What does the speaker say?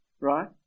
right